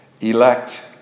elect